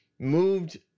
Moved